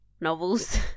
novels